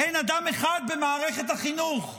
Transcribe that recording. אין אדם אחד במערכת החינוך,